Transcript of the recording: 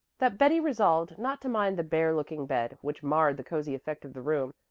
that betty resolved not to mind the bare-looking bed, which marred the cozy effect of the room,